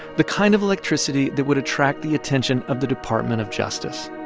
the kind of electricity that would attract the attention of the department of justice